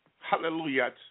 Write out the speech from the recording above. hallelujah